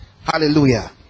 Hallelujah